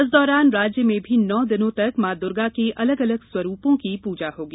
इस दौरान राज्य में भी नौ दिनों तक मां दूर्गा के अलग अलग स्वरूपों की पूजा होगी